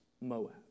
Moab